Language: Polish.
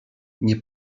nie